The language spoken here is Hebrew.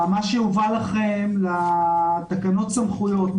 במה שהובא לכם לתקנות סמכויות,